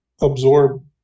absorb